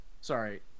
Sorry